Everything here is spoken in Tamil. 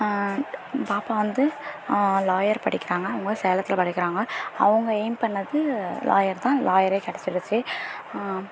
பாப்பா வந்து லாயர் படிக்கிறாங்க அவங்க சேலத்தில் படிக்கிறாங்க அவங்க எய்ம் பண்ணிணது லாயர் தான் லாயரே கிடச்சிடுச்சி